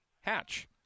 Hatch